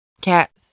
cats